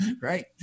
Right